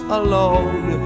alone